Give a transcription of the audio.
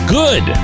good